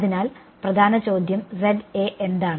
അതിനാൽ പ്രധാന ചോദ്യം എന്താണ്